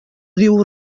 diu